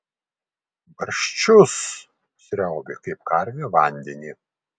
barščius sriaubi kaip karvė vandenį